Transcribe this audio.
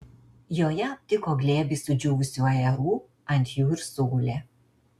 joje aptiko glėbį sudžiūvusių ajerų ant jų ir sugulė